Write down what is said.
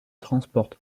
transporte